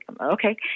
Okay